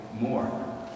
more